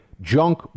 junk